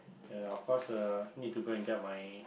ya of course uh need to go and get my